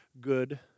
good